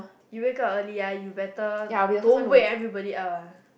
you wake up early ah you better don't wake everybody up ah